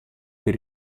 per